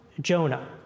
Jonah